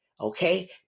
okay